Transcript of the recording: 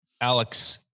Alex